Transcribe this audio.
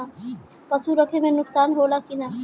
पशु रखे मे नुकसान होला कि न?